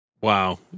Wow